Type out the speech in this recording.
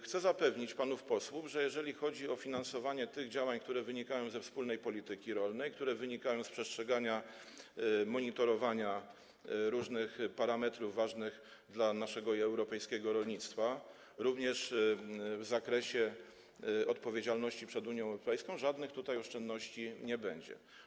Chcę zapewnić panów posłów, że jeżeli chodzi o finansowanie tych działań, które wynikają ze wspólnej polityki rolnej oraz z przestrzegania, monitorowania różnych parametrów ważnych dla naszego i europejskiego rolnictwa, również w zakresie odpowiedzialności przed Unią Europejską, to żadnych oszczędności w tym zakresie nie będzie.